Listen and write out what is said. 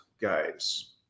guys